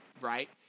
right